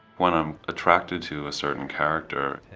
when i'm attracted to a certain character,